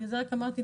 בגלל זה רק אמרתי,